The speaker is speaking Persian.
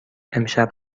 امشب